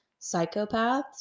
psychopaths